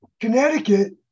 Connecticut